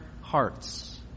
hearts